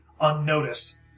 unnoticed